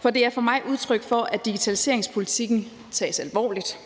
for det er for mig udtryk for, at digitaliseringspolitikken tages alvorligt,